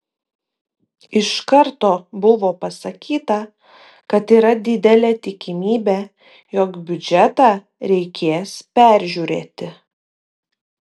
iš karto buvo pasakyta kad yra didelė tikimybė jog biudžetą reikės peržiūrėti